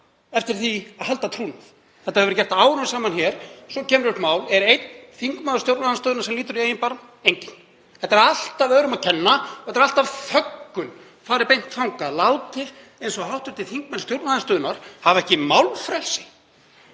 eftir því að halda trúnað. Þetta hefur gert árum saman hér. Svo kemur upp mál. Er það einn þingmaður stjórnarandstöðunnar sem lítur í eigin barm? Enginn. Þetta er alltaf öðrum að kenna og þetta er alltaf þöggun, farið beint þangað, látið eins og hv. þingmenn stjórnarandstöðunnar hafi ekki málfrelsi.